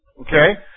Okay